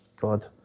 God